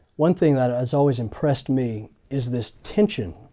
one thing that has always impressed me is this tension.